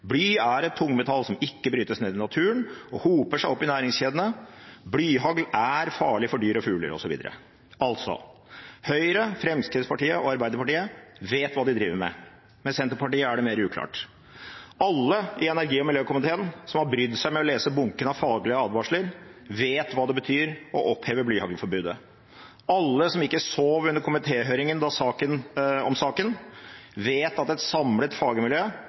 Bly er et tungmetall som ikke brytes ned i naturen og som hoper seg opp i næringskjedene». Og videre at blyhagl er farlig for dyr og fugler osv. Altså: Høyre, Fremskrittspartiet og Arbeiderpartiet vet hva de driver med, med Senterpartiet er det mer uklart. Alle i energi- og miljøkomiteen som har brydd seg med å lese bunken med faglige advarsler, vet hva det betyr å oppheve blyhaglforbudet. Alle som ikke sov under komitéhøringen om saken, vet at et samlet fagmiljø